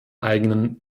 eigenen